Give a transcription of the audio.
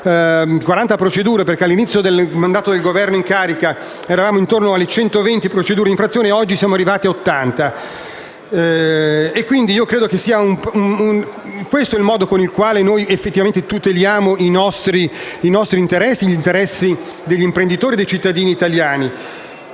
40 procedure. Mentre all'inizio del mandato del Governo in carica eravamo a 120 procedure di infrazione, oggi siamo arrivati a 80. Questo è il modo con il quale oggi noi tuteliamo i nostri interessi e quelli degli imprenditori e dei cittadini italiani.